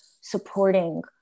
supporting